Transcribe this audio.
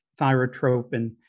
thyrotropin